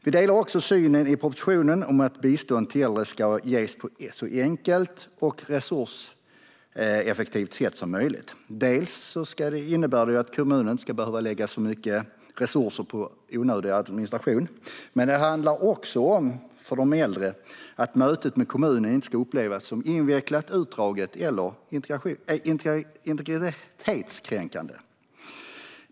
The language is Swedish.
Vi delar också synen i propositionen att bistånd till äldre ska ges på ett så enkelt och resurseffektivt sätt som möjligt. Det innebär att kommunen inte ska behöva lägga så mycket resurser på onödig administration, men det handlar också om att mötet med kommunen inte ska upplevas som invecklat, utdraget eller integritetskränkande för den äldre.